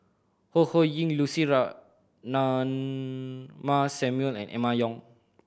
Ho Ho Ying Lucy Ratnammah Samuel and Emma Yong